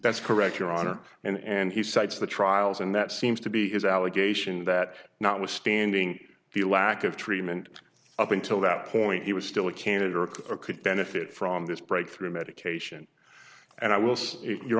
that's correct your honor and he cites the trials and that seems to be his allegation that notwithstanding the lack of treatment up until that point he was still a candidate or could benefit from this breakthrough medication and i will say you